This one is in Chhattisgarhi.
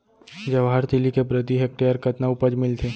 जवाहर तिलि के प्रति हेक्टेयर कतना उपज मिलथे?